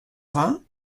vingt